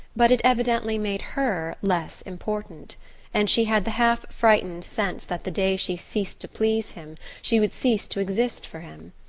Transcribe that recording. but it evidently made her less important and she had the half-frightened sense that the day she ceased to please him she would cease to exist for him.